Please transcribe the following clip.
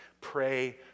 pray